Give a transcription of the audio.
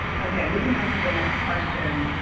okay. moving on to the next question.